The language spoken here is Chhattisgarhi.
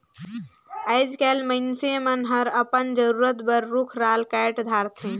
आयज कायल मइनसे मन हर अपन जरूरत बर रुख राल कायट धारथे